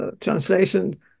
translation